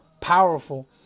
powerful